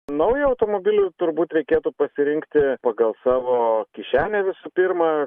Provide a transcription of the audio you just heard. naują automobilį turbūt reikėtų pasirinkti pagal savo kišenę visų pirma